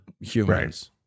humans